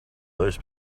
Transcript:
others